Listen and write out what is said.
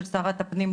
של שרת הפנים,